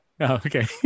Okay